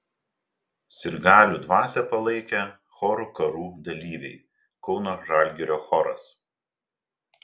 sirgalių dvasią palaikė chorų karų dalyviai kauno žalgirio choras